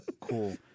cool